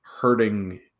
hurting